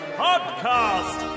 podcast